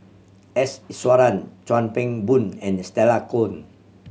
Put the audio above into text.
S Iswaran Chuan Keng Boon and Stella Kon